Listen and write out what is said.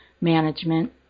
Management